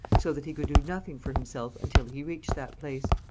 so that he could do nothing for himself until he reached that place.